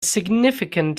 significant